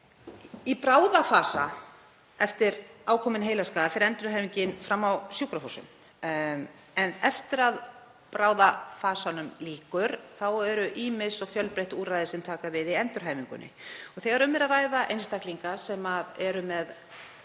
Í bráðafasa eftir ákominn heilaskaða fer endurhæfingin fram á sjúkrahúsum en eftir að bráðafasanum lýkur taka ýmis og fjölbreytt úrræði við í endurhæfingunni. Þegar um er að ræða einstaklinga sem glíma